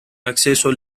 acceso